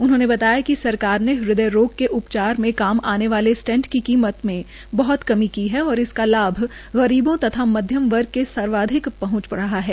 उन्होंने बताया कि सरकार ने हद्वय रोग उपचार में काम आने वाले स्टंट की कीमत में बहत कमी की है और इसका लाभ गरीब तथा मधयम वर्ग को सर्वाधिक पहंच रहा है